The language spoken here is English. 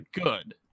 good